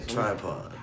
Tripod